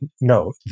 no